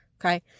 Okay